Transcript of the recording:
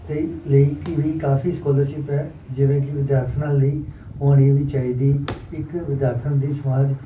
ਕਈ ਲਈ ਕਿ ਵੀ ਕਾਫ਼ੀ ਸਕੋਲਰਸ਼ਿਪ ਹੈ ਜਿਵੇਂ ਕਿ ਵਿਦਿਆਰਥਣਾਂ ਲਈ ਹੋਣੀ ਵੀ ਚਾਹੀਦੀ ਇੱਕ ਵਿਦਿਆਰਥਣ ਦੀ ਸਮਾਜ